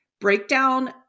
breakdown